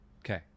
Okay